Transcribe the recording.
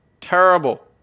terrible